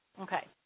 Okay